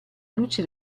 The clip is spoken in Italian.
luci